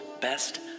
best